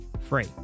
free